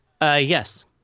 Yes